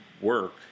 work